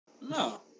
No